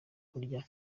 barya